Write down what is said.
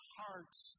hearts